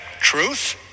truth